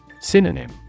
Synonym